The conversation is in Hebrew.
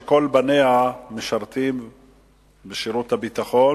שכל בניה משרתים בשירות הביטחון,